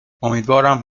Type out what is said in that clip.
امیدوارم